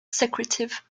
secretive